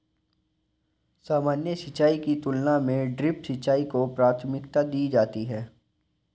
सामान्य सिंचाई की तुलना में ड्रिप सिंचाई को प्राथमिकता दी जाती है